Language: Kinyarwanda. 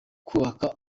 kubaka